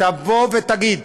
תבוא ותגיד,